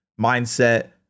mindset